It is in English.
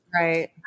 Right